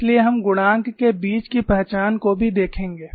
इसलिए हम गुणांक के बीच की पहचान को भी देखेंगे